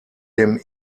dem